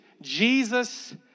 Jesus